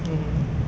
mmhmm